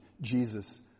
Jesus